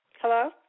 Hello